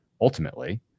ultimately